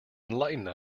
enlighten